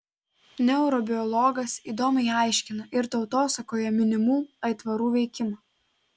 neurobiologas įdomiai aiškina ir tautosakoje minimų aitvarų veikimą